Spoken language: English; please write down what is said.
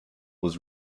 was